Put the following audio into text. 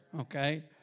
okay